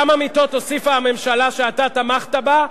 כמה מיטות הוסיפה הממשלה שאתה תמכת בה?